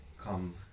come